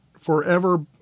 forever